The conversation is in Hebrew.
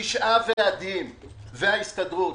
תשעה ועדים וההסתדרות.